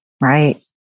Right